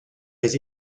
des